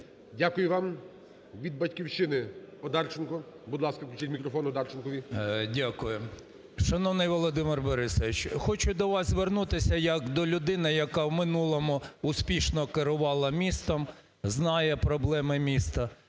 Одарченкові. 10:19:45 ОДАРЧЕНКО Ю.В. Дякую. Шановний Володимир Борисович, хочу до вас звернутися як до людини, яка в минулому успішно керувала містом, знає проблеми міста.